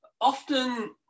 Often